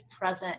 present